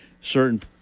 certain